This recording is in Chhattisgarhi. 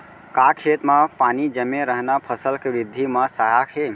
का खेत म पानी जमे रहना फसल के वृद्धि म सहायक हे?